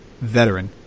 veteran